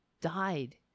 died